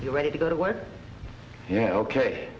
you're ready to go to work yeah ok